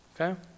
Okay